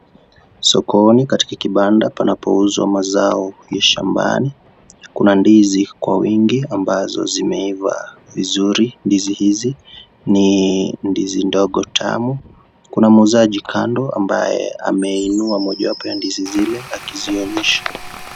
Sokoni katika kibanda panapouzwa mazao ya shambani. Kuna ndizi Kwa wingi ambazo zimeiva vizuri, ndizi hizi ni ndizi ndogo tamu. Kuna muuzaji Kando ambaye ameinua mojawapo ya ndizi zile akizuonyesha.